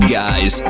guys